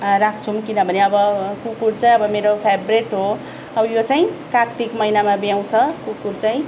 राख्छुम् किनभने अब कुकुर चाहिँ अब मेरो फ्याबरेट हो अब यो चाहिँ कार्तिक महिनामा ब्याउँछ कुकुर चाहिँ